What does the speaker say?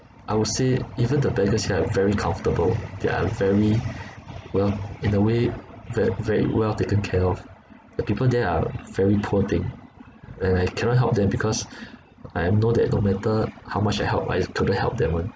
I would say even the beggars here are very comfortable they are very well in a way ve~ very well taken care of the people there are very poor thing and I cannot help them because I know that no matter how much I help I couldn't help them [one]